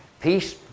peace